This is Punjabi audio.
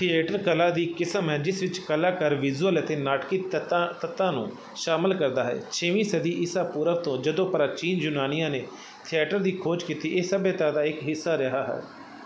ਥੀਏਟਰ ਕਲਾ ਦੀ ਕਿਸਮ ਹੈ ਜਿਸ ਵਿੱਚ ਕਲਾਕਾਰ ਵਿਜ਼ੂਅਲ ਅਤੇ ਨਾਟਕੀ ਤੱਤਾਂ ਤੱਤਾਂ ਨੂੰ ਸ਼ਾਮਿਲ ਕਰਦਾ ਹੈ ਛੇਵੀਂ ਸਦੀ ਈਸਾ ਪੂਰਵ ਤੋਂ ਜਦੋਂ ਪ੍ਰਾਚੀਨ ਯੂਨਾਨੀਆਂ ਨੇ ਥੀਏਟਰ ਦੀ ਖੋਜ ਕੀਤੀ ਇਹ ਸਭਿਅਤਾ ਦਾ ਇੱਕ ਹਿੱਸਾ ਰਿਹਾ ਹੈ